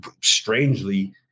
strangely